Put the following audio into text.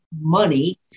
money